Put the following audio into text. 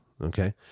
okay